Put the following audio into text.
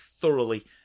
thoroughly